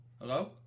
Hello